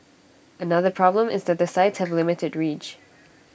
another problem is that the sites have limited reach